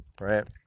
right